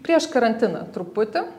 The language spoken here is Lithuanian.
prieš karantiną truputį